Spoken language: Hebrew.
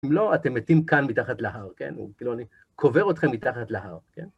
אם לא, אתם מתים כאן, מתחת להר, כאילו אני קובר אתכם מתחת להר.